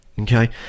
okay